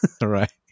Right